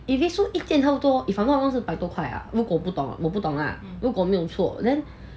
if 一 suit 一件它多 if I'm not wrong 是百多块啊如果不懂我不懂啊如果没有错